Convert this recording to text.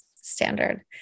standard